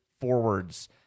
forwards